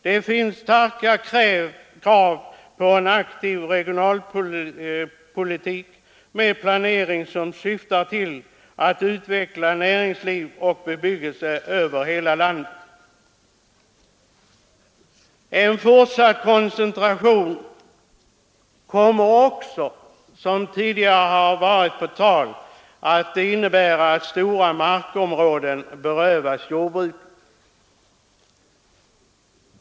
Det finns starka krav på en aktiv regionalpolitik med planering som syftar till att utveckla näringsliv och bebyggelse över hela landet. En fortsatt koncentration kommer också att innebära att stora markområden berövas jordbruket.